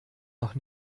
noch